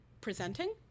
presenting